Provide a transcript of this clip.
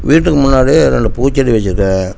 வீட்டுக்கு முன்னாடி ரெண்டு பூச்செடி வச்சுருக்கேன்